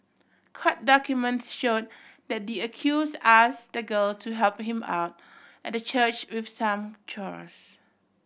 court documents show the D accuse ask the girl to help him out at the church with some chores